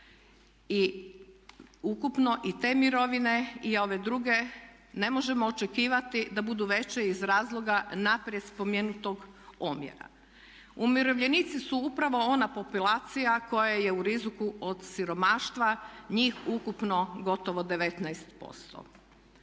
i ukupno i te mirovine i ove druge ne možemo očekivati da budu veće iz razloga naprijed spomenutog omjera. Umirovljenici su upravo ona populacija koja je u riziku od siromaštva njih ukupno gotovo 19%.